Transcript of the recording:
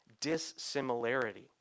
dissimilarity